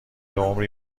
عمری